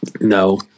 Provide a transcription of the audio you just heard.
No